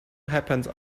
happens